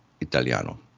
italiano